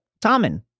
Tommen